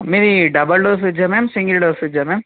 మీది double door ఫ్రీడ్జా ma'am single door ఫ్రీడ్జా మ్యామ్